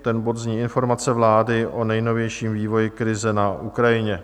Ten bod zní Informace vlády o nejnovějším vývoji krize na Ukrajině.